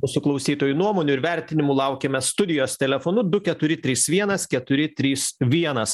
mūsų klausytojų nuomonių ir vertinimų laukiame studijos telefonu du keturi trys vienas keturi trys vienas